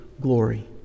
glory